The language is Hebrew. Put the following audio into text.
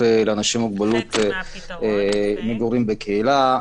לאנשים עם מוגבלות למגורים בקהילה.